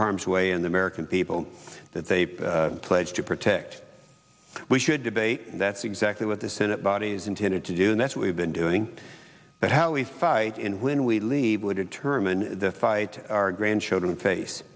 harm's way and the american people that they pledge to protect we should debate that's exactly what the senate body is intended to do and that's what we've been doing but how we fight in when we leave will determine the fight our grandchildren